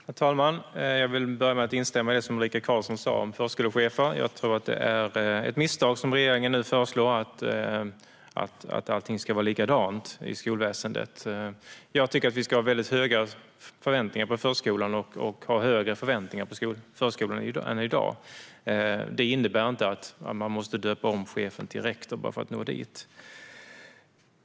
Herr talman! Jag vill börja med att instämma i det som Ulrika Carlsson sa om förskolechefer. Jag tror att det är ett misstag att som regeringen föreslå att allt ska vara likadant i skolväsendet. Jag tycker att vi ska ha höga förväntningar på förskolan, högre än i dag, men man måste inte döpa om chefen till rektor för att nå dit.